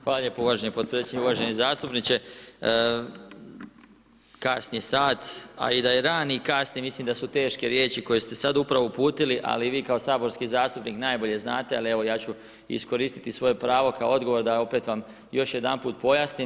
Hvala poštovani podpredsjedniče, uvaženi zastupniče, kasni sat, a i da je rani i kasni mislim da su teške riječi koje ste sad upravo uputili ali vi kao saborski zastupnik najbolje znate, ali evo ja ću iskoristiti svoje pravo kao odgovor da opet vam još jedanput pojasnim.